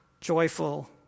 joyful